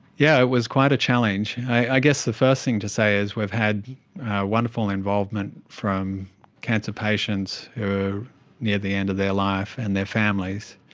yeah it was quite a challenge. i guess the first thing to say is we've had wonderful involvement from cancer patients who are near the end of their life and their families,